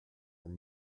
were